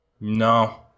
No